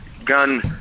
Gun